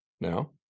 Now